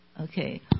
okay